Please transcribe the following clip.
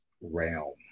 realm